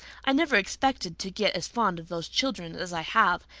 i never expected to get as fond of those children as i have.